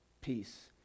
peace